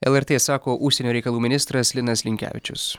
lrt sako užsienio reikalų ministras linas linkevičius